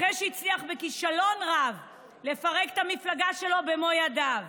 אחרי שהצליח בכישלון רב לפרק את המפלגה שלו במו ידיו,